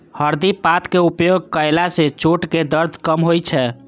हरदि पातक उपयोग कयला सं चोटक दर्द कम होइ छै